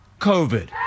COVID